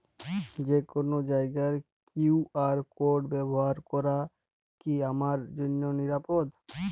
যে কোনো জায়গার কিউ.আর কোড ব্যবহার করা কি আমার জন্য নিরাপদ?